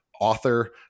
author